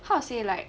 how to say like